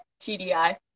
tdi